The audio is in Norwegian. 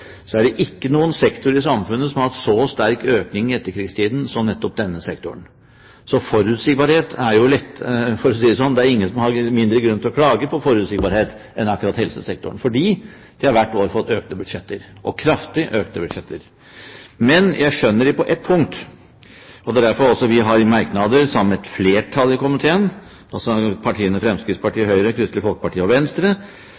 så gjennomført fått økte budsjetter hvert år, under skiftende regjeringer, som helsesektoren. Ser man det i et 30-årsperspektiv – altså også da helseforetakene hadde en annen styringsmodell – er det ikke noen sektor i samfunnet som i etterkrigstiden har hatt så sterk økning som nettopp denne sektoren. Det er vel ingen som har mindre grunn til å klage på forutsigbarhet enn akkurat helsesektoren, fordi de hvert år har fått økte budsjetter – kraftig økte budsjetter. Men jeg skjønner dem på ett punkt, og det er også derfor et flertall i komiteen